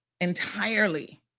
entirely